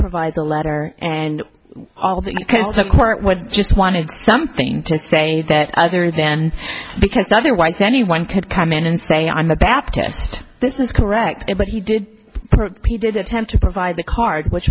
provide the letter and all that just wanted something to say that because otherwise anyone could come in and say i'm a baptist this is correct but he did he did attempt to provide the card which